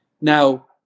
Now